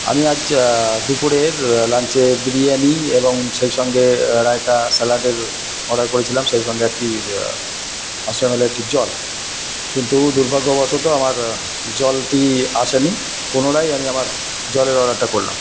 আমি আজ দুপুরের লাঞ্চে বিরিয়ানি এবং সেই সঙ্গে রায়তা স্যালাডের অর্ডার করেছিলাম সেই সঙ্গে একটি পাঁচশো এমএলের একটি জল কিন্তু দুর্ভাগ্যবশত আমার জলটি আসেনি পুনরায় আমি আবার জলের অর্ডারটা করলাম